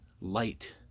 light